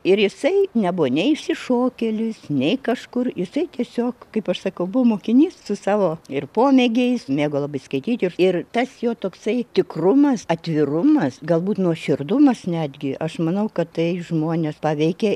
ir jisai nebuvo nei išsišokėlis nei kažkur jisai tiesiog kaip aš sakau buvo mokinys su savo ir pomėgiais mėgo labai skaityti ir tas jo toksai tikrumas atvirumas galbūt nuoširdumas netgi aš manau kad tai žmones paveikė